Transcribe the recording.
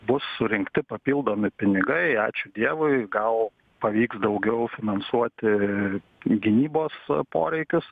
bus surinkti papildomi pinigai ačiū dievui gal pavyks daugiau finansuoti gynybos poreikius